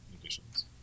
additions